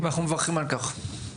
ואנחנו מברכים על כך.